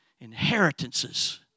inheritances